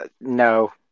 no